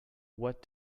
what